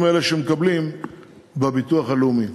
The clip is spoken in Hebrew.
האלה שהם מקבלים מהביטוח הלאומי.